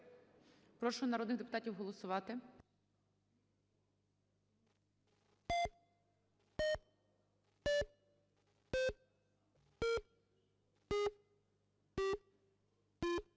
Прошу народних депутатів голосувати.